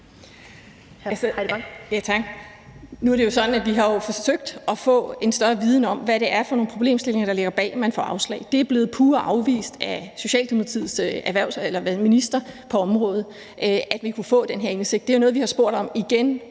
Nu er det sådan, at vi jo har forsøgt at få en større viden om, hvad det er for nogle problemstillinger, der ligger bag, at man får afslag. Det er blevet pure afvist af Socialdemokratiets minister på området, altså at vi kunne få den her indsigt. Det er jo noget, vi har spurgt om igen